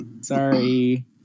Sorry